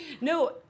No